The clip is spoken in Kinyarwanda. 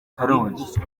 karongi